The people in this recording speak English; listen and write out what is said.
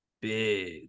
big